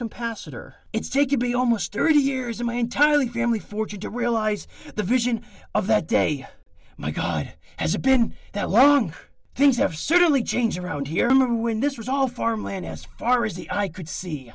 capacitor it's taken me almost thirty years in my entirely family fortune to realize the vision of that day my god has it been that long things have certainly changed around here when this was all farmland as far as the eye could see